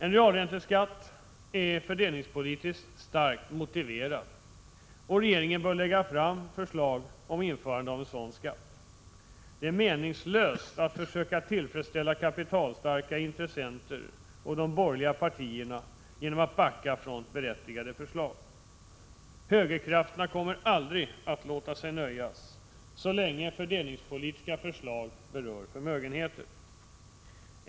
En realränteskatt är fördelningspolitiskt starkt motiverad, och regeringen bör lägga fram förslag om införande av en sådan skatt. Det är meningslöst att försöka tillfredsställa kapitalstarka intressenter och de borgerliga partierna genom att backa från berättigade förslag. Högerkrafterna kommer aldrig att låta sig nöjas, så länge fördelningspolitiska förslag berör förmögenheter.